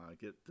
get